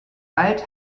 bald